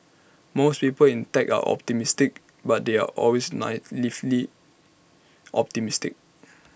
most people in tech are optimistic but they are always naively optimistic